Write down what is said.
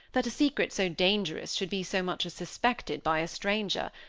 that a secret so dangerous should be so much as suspected by a stranger,